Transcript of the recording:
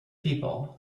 people